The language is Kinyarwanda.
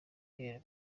pierre